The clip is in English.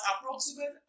approximate